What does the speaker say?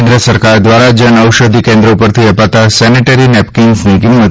કેન્દ્ર સરકાર ધ્વારા જનઔષધી કેન્દ્રો પરથી અપાતા સેનેટરી નેપકીન્સની કિંમત